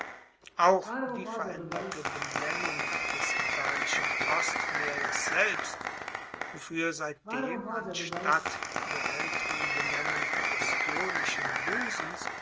auch die veraenderte benennung des italischen ostmeers selbst wofuer seitdem anstatt der aelteren benennung des ionischen busens